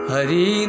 Hari